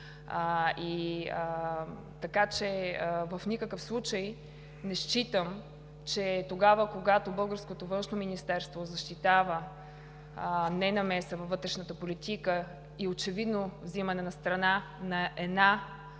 реагира. В никакъв случай не считам, че тогава, когато българското Външно министерство защитава ненамеса във вътрешната политика и очевидно взимане на страна на едната